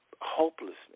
hopelessness